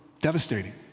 devastating